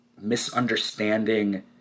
misunderstanding